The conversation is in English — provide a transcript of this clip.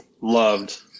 loved